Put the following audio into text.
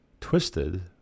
twisted